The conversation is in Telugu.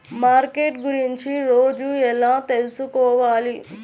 మార్కెట్ గురించి రోజు ఎలా తెలుసుకోవాలి?